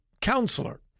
counselor